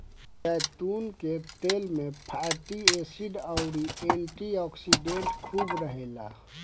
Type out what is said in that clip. जैतून के तेल में फैटी एसिड अउरी एंटी ओक्सिडेंट खूब रहेला